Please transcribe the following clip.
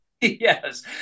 Yes